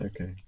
Okay